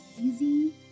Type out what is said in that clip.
easy